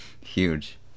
huge